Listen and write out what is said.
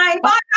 Bye